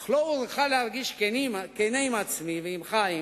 אך לא אוכל להרגיש כן עם עצמי ועם חיים